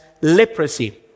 leprosy